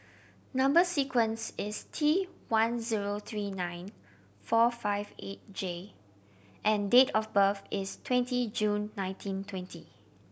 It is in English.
number sequence is T one zero three nine four five eight J and date of birth is twenty June nineteen twenty